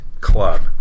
Club